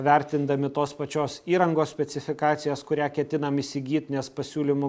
vertindami tos pačios įrangos specifikacijas kurią ketinam įsigyt nes pasiūlymų